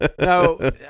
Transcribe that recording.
No